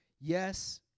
yes